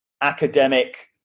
academic